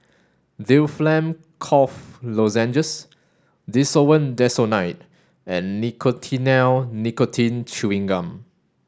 Difflam Cough Lozenges Desowen Desonide and Nicotinell Nicotine Chewing Gum